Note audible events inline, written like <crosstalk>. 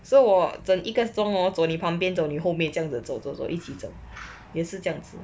so 我整一个中 hor 走你旁边走你后面这样子走走走一起 <noise> 走也是这样子